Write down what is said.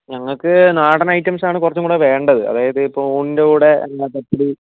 ഞങ്ങൾക്ക് നാടൻ ഐറ്റംസ് ആണ് കുറച്ചുംകൂടെ വേണ്ടത് അതായത് ഇപ്പോൾ ഊണിന്റെ കൂടെ ഇങ്ങനെ പച്ചടി